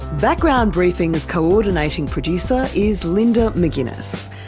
background briefing's co-ordinating producer is linda mcginness,